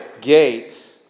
gate